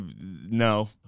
No